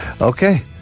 Okay